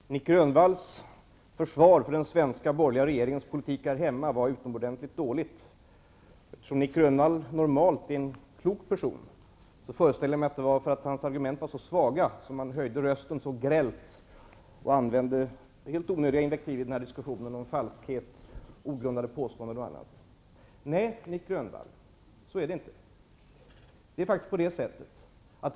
Herr talman! Nic Grönvalls försvar för den svenska borgerliga regeringens politik här hemma var utomordentligt dåligt. Eftersom Nic Grönvall normalt är en klok person föreställer jag mig att det var därför att hans argument var så svaga som han höjde rösten kraftigt och i diskussionen använde helt onödiga invektiv som falskhet, ogrundade påståenden och annat. Nej, Nic Grönvall, det är inte på det sättet att sådant förekommer.